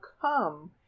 come